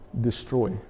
destroy